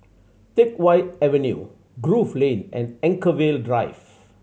Teck Whye Avenue Grove Lane and Anchorvale Drive